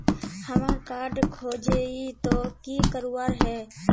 हमार कार्ड खोजेई तो की करवार है?